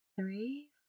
three